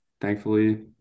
thankfully